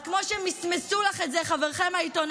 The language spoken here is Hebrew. אז כמו שמסמסו לך את זה חבריכם העיתונאים,